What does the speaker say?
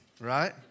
right